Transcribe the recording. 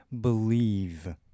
believe